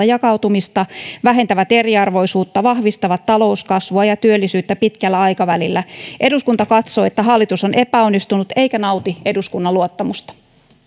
jakautumista vähentävät eriarvoisuutta ja vahvistavat talouskasvua ja työllisyyttä pitkällä aikavälillä eduskunta katsoo että hallitus on epäonnistunut eikä nauti eduskunnan luottamusta